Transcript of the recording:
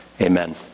Amen